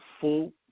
full